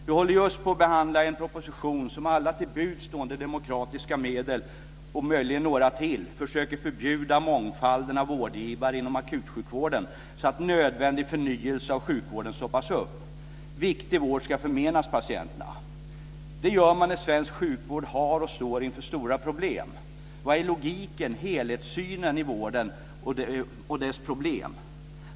Vi håller just nu på och behandlar en proposition som med alla till buds stående demokratiska medel, och möjligen några till, försöker förbjuda mångfalden av vårdgivare inom akutsjukvården så att nödvändig förnyelse av sjukvården stoppas upp. Viktig vård ska förmenas patienterna. Det gör man när svensk sjukvård har och står inför stora problem. Var är logiken, var är helhetssynen på vården och dess problem?